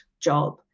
job